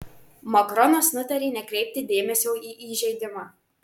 makronas nutarė nekreipti dėmesio į įžeidimą